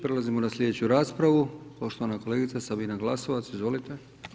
Prelazimo na sljedeću raspravu, poštovana kolegica Sabina Glasovac, izvolite.